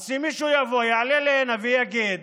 אז שמישהו יבוא, יעלה הנה ויגיד: